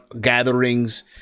gatherings